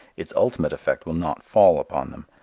its ultimate effect will not fall upon them,